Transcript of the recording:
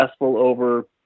over